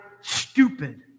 stupid